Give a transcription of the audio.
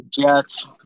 Jets